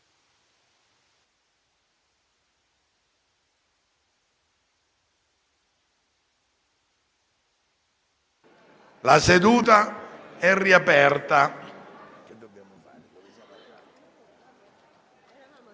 La seduta è aperta